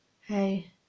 Hey